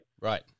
Right